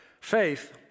Faith